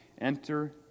Enter